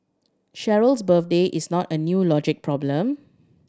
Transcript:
Cheryl's birthday is not a new logic problem